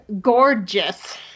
gorgeous